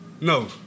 No